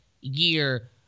year